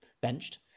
benched